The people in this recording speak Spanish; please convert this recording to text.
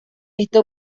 esto